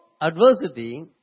adversity